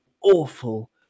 awful